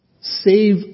save